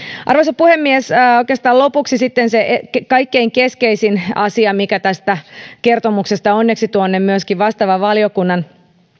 arvoisa puhemies oikeastaan lopuksi sitten se kaikkein keskeisin asia mikä tästä kertomuksesta onneksi myöskin tuonne vastaavan valiokunnan